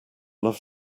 love